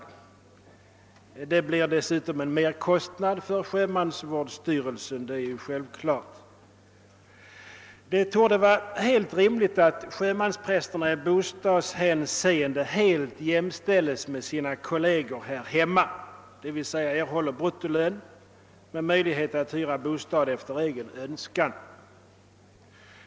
Dessutom blir det självfallet en merkostnad för sjömansvårdsstyrelsen. ” Det torde var helt rimligt att sjömansprästerna i bostadshänseende helt jämställs med sina kolleger här hemma, d.v.s. erhåller bruttolön med möjlighet att hyra bostad enligt egen önskan.